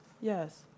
Yes